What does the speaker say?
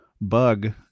bug